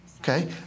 Okay